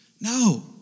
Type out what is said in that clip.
no